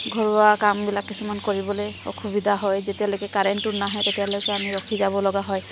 ঘৰুৱা কামবিলাক কিছুমান কৰিবলৈ অসুবিধা হয় যেতিয়ালৈকে কাৰেণ্টটো নাহে তেতিয়ালৈকে ৰখি যাব লগা হয়